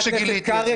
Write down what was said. כשגיליתי את זה.